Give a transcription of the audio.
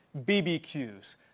BBQs